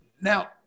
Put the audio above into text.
Now